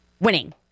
winning